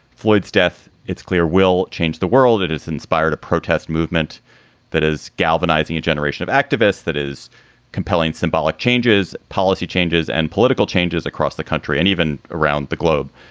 floyds death. it's clear, will change the world that has inspired a protest movement that is galvanizing a generation of activists that is compelling symbolic changes, policy changes and political changes across the country and even around the globe.